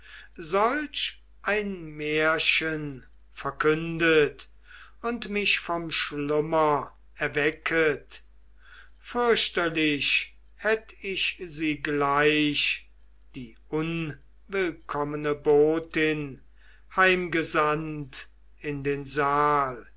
solch ein märchen verkündet und mich vom schlummer erwecket fürchterlich hätt ich sie gleich die unwillkommene botin heimgesandt in den saal